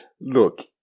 Look